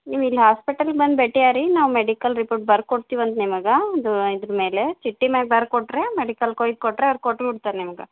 ನೀವು ಇಲ್ಲಿ ಹಾಸ್ಪಿಟಲ್ಗೆ ಬಂದು ಭೇಟಿ ಆಗ್ರೀ ನಾವು ಮೆಡಿಕಲ್ ರಿಪೋರ್ಟ್ ಬರ್ಕೊಡ್ತೀವಂತೆ ನಿಮಗೆ ಅದು ಇದ್ರ ಮೇಲೆ ಚೀಟಿ ಮ್ಯಾಲ್ ಬರ್ದು ಕೊಟ್ಟರೆ ಮೆಡಿಕಲ್ ಕೋಯ್ ಕೊಟ್ಟರೆ ಅವ್ರು ಕೊಟ್ಬಿಡ್ತರೆ ನಿಮ್ಗೆ